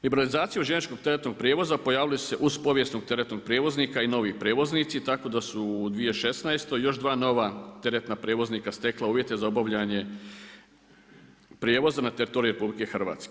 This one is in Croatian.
Liberalizacije željezničkog teretnog prijevoza pojavile su uz povijesnog teretnog prijevoznika i novi prijevoznici tako da su u 2016. još sva nova teretna prijevoznika stekla uvjete za obavljanje prijevoza na teritoriju RH.